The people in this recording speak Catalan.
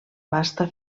vasta